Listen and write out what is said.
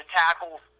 tackles